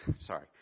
Sorry